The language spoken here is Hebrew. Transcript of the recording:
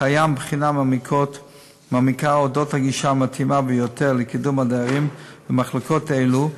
קיים בחינה מעמיקה של הגישה המתאימה ביותר לקידום הדיירים במחלקות אלו,